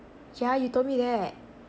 yeah you told me that